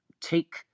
take